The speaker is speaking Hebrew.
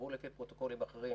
עבדו לפי פרוטוקולים אחרים